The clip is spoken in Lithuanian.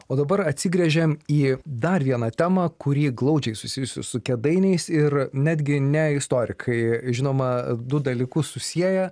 o dabar atsigręžiam į dar vieną temą kuri glaudžiai susijusi su kėdainiais ir netgi ne istorikai žinoma du dalykus susieja